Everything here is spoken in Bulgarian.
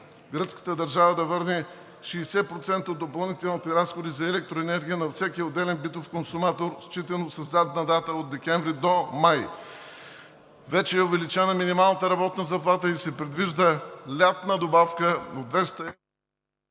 гръцката държава да върне 60% от допълнителните разходи за електроенергия на всеки отделен битов консуматор, считано със задна дата от декември до май. Вече е увеличена минималната работна заплата и се предвижда лятна добавка от 200